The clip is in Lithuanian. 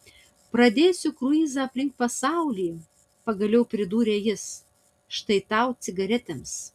pradėsiu kruizą aplink pasaulį pagaliau pridūrė jis štai tau cigaretėms